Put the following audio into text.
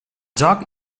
joc